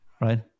right